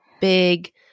big